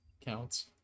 counts